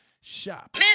Shop